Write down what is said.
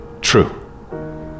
true